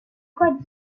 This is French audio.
côte